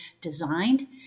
designed